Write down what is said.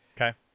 Okay